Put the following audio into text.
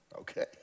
Okay